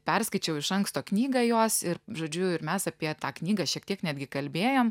perskaičiau iš anksto knygą jos ir žodžiu ir mes apie tą knygą šiek tiek netgi kalbėjom